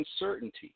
uncertainty